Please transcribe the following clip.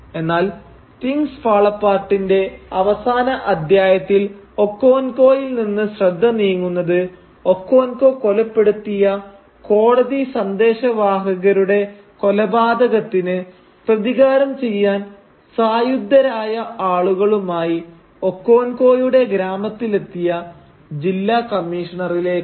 എന്നാൽ things fall അപ്പാർട്ടിന്റെ അവസാന അധ്യായത്തിൽ ഒക്കോൻകോയിൽ നിന്ന് ശ്രദ്ധ നീങ്ങുന്നത് ഒക്കോൻകോ കൊലപ്പെടുത്തിയ കോടതി സന്ദേശവാഹകരുടെ കൊലപാതകത്തിന് പ്രതികാരം ചെയ്യാൻ സായുധരായ ആളുകളുമായി ഒക്കോൻക്കോയുടെ ഗ്രാമത്തിലെത്തിയ ജില്ലാ കമ്മീഷണറിലേക്കാണ്